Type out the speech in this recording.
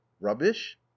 rubbish